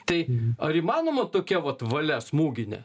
tai ar įmanoma tokia vat valia smūginė